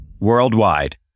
Worldwide